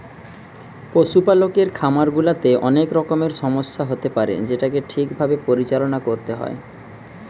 পশুপালকের খামার গুলাতে অনেক রকমের সমস্যা হতে পারে যেটোকে ঠিক ভাবে পরিচালনা করতে হয়